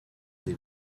des